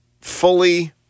fully